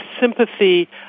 sympathy